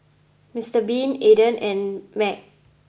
Mister Bean Aden and Mag